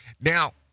Now